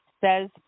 says